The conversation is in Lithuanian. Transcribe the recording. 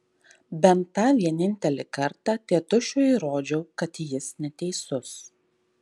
bent tą vienintelį kartą tėtušiui įrodžiau kad jis neteisus